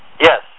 Yes